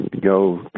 go